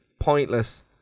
pointless